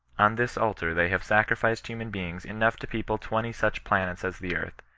on this altar they have sacrificed human beings enough to people twenty such planets as the earth,